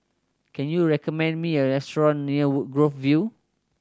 can you recommend me a restaurant near Woodgrove View